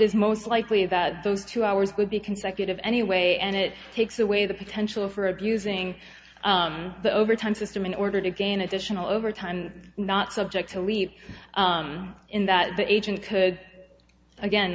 is most likely that those two hours would be consecutive anyway and it takes away the potential for abusing the overtime system in order to gain additional overtime and not subject to leap in that the agent could